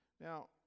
Now